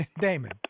Damon